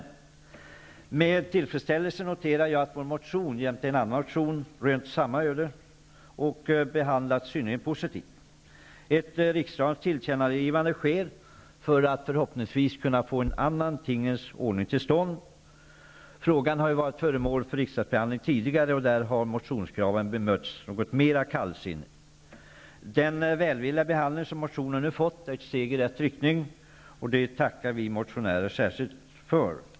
Jag noterar med tillfredsställelse att vår motion jämte en annan motion rönt samma öde, och behandlats synnerligen positivt. Ett riksdagens tillkännagivande till regeringen kommer att ske för att förhoppningsvis kunna få en annan tingens ordning till stånd. Frågan har tidigare varit föremål för riksdagsbehandling, och då har motionskraven bemötts något mer kallsinnigt. Den välvilliga behandling som motionen nu fått är ett steg i rätt riktning, och det tackar vi motionärer alldeles särskilt för.